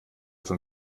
von